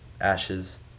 Ashes